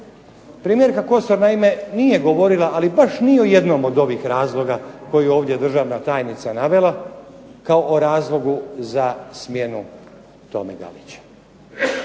Premijerka Kosor nije govorila ali baš ni o jednom od ovih razloga koje je ovdje državna tajnica navela kao o razlogu za smjenu Tome Galića.